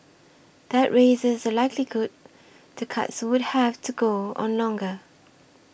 that raises the likelihood the cuts would have to go on longer